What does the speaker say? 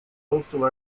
postal